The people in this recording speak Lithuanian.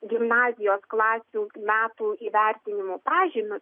gimnazijos klasių metų įvertinimų pažymius